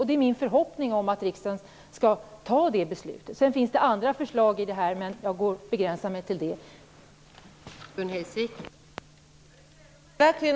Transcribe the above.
Det är min förhoppning att riksdagen skall anta det. Det finns andra förslag, men jag begränsar mig till att nämna detta.